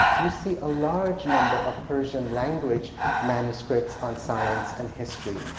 you see a large number of persian language manuscripts on science and history.